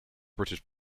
british